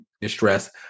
distress